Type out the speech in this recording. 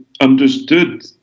understood